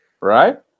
Right